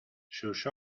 sus